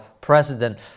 President